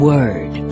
Word